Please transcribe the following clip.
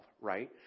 right